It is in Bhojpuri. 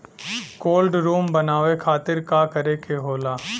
कोल्ड रुम बनावे खातिर का करे के होला?